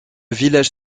village